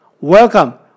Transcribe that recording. Welcome